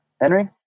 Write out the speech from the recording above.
Henry